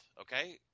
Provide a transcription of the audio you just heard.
okay